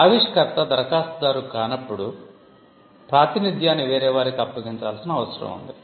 ఆవిష్కర్త దరఖాస్తుదారు కానప్పుడు ప్రాతినిధ్యాన్ని వేరేవారికి అప్పగించాల్సిన అవసరం ఉంది